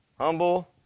Humble